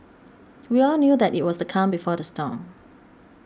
we all knew that it was the calm before the storm